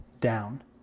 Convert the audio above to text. down